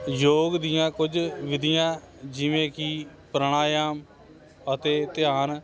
ਯੋਗ ਦੀਆਂ ਕੁਝ ਵਿਧੀਆਂ ਜਿਵੇਂ ਕਿ ਪ੍ਰਾਣਾਯਾਮ ਅਤੇ ਧਿਆਨ